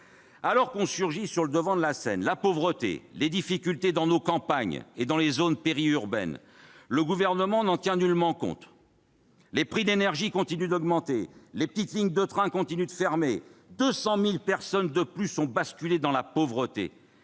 Alors qu'ont surgi sur le devant de la scène la pauvreté et les difficultés dans nos campagnes ainsi que dans les zones périurbaines, le Gouvernement n'en tient nullement compte. Les prix de l'énergie continuent d'augmenter et les petites lignes de trains de fermer ; 200 000 personnes supplémentaires ont basculé dans la pauvreté